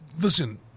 listen